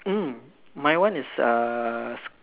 mm my one is uh